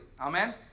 Amen